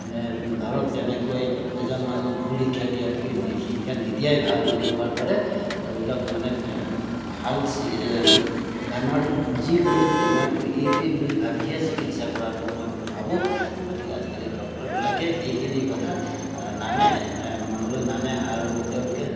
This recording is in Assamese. মানে ধৰক যেনেকৈ এজন মানুহক ভুল শিক্ষা দিয়াতকৈ নি শিক্ষা নিদিয়াই ভাল বুলি কোৱাৰ দৰে ধৰি লওক মানে ভাল চি বেমাৰটো বুজি লৈ বেমাৰটো এইটোৱেই বুলি ভাবিহে চিকিৎসা কৰাটো মই বুলি ভাবোঁ গতিকে আজিকালি ডক্টৰবিলাকে সেইখিনি কথা নানে মনলৈ নানে আৰু তেওঁলোকে